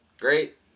Great